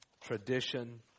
tradition